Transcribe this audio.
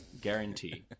guarantee